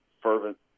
fervent